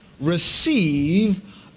receive